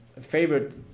favorite